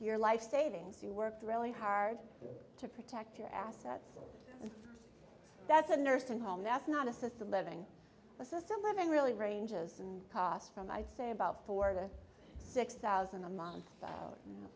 your life savings you worked really hard to protect your assets that's a nursing home that's not assisted living assisted living really ranges and costs from i'd say about four to six thousand a month